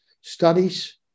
studies